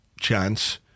chance